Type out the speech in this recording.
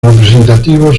representativos